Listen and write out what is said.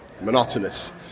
monotonous